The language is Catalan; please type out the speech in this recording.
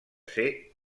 ser